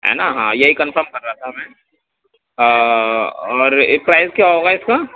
ہے نا ہاں یہی کنفم کر رہا تھا میں اور پرائز کیا ہوگا اس کا